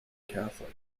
catholic